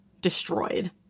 destroyed